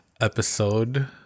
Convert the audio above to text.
episode